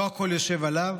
לא הכול יושב עליו,